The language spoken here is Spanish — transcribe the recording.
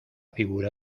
figura